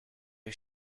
you